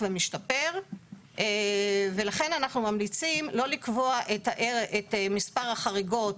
ומשתפר ולכן אנחנו ממליצים לא לקבוע את מספר החריגות